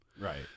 Right